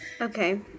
Okay